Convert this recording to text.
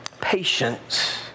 Patience